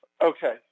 Okay